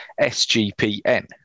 SGPN